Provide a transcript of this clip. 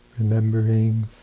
remembering